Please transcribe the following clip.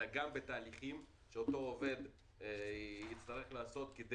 אלא גם בתהליכים שאותו עובד צריך לעבור כדי